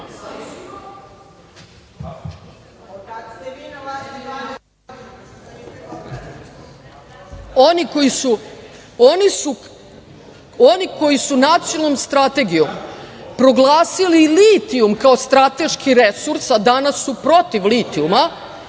Oni koji su nacionalnom strategijom proglasili litijum kao strateški resurs, a danas su protiv litijuma,